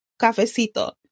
cafecito